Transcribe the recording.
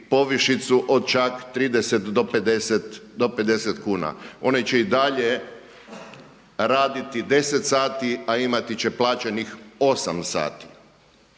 povišicu od čak 30 do 50 kuna. One će i dalje raditi 10 sati a imati će plaćenih 8 sati.